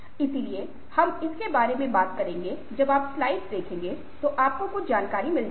इसलिए हम इसके बारे में बात करेंगे जब आप स्लाइड्स देखेंगे तो आपको कुछ जानकारी मिल जाएगी